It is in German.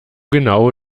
genau